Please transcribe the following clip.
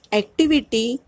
activity